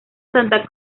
santa